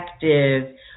effective